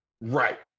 Right